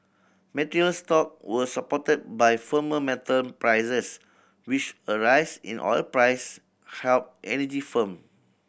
materials stock were supported by firmer metal prices which a rise in oil price helped energy firm